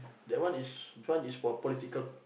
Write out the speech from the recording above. that one is this one is for political